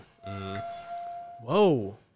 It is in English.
Whoa